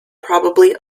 probably